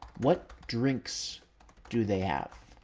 what drinks do they have?